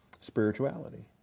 spirituality